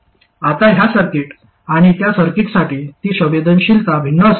आता ह्या सर्किट आणि त्या सर्किटसाठी ती संवेदनशीलता भिन्न असेल